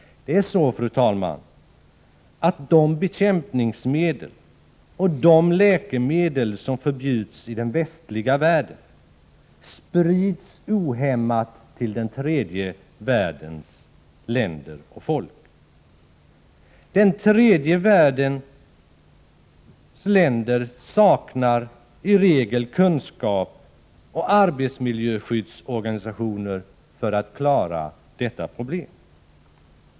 Det är så, fru talman, att de bekämpningsmedel och läkemedel som förbjuds i den västliga världen sprids ohämmat till den tredje världens länder och folk. Den tredje världens länder saknar i regel kunskap och arbetsmiljöskyddsorganisationer för att klara detta problem.